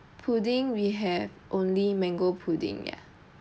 pudding we have only mango pudding yeah